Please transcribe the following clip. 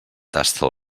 tasta